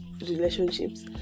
relationships